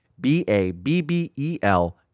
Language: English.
B-A-B-B-E-L